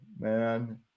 man